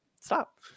stop